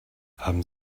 haben